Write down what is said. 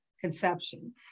conception